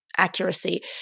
Accuracy